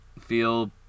feel